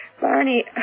Barney